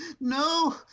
No